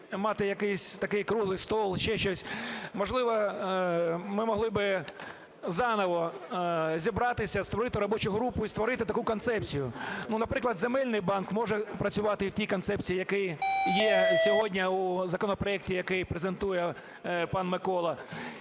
можливо, ми могли би заново зібратися, створити робочу групу і створити таку концепцію. Ну, наприклад, земельний банк може працювати і в тій концепції, яка є сьогодні у законопроекті, який презентує пан Микола.